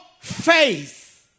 faith